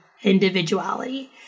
individuality